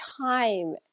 time